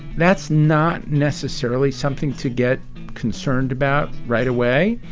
that's not necessarily something to get concerned about right away.